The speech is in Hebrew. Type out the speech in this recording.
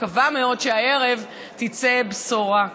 אני מקווה מאוד שהערב תצא בשורה.